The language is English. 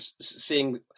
seeing